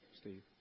Steve